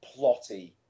plotty